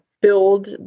build